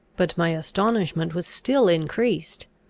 but my astonishment was still increased,